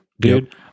dude